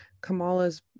Kamala's